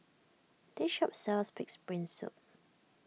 this shop sells Pig's Brain Soup